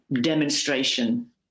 demonstration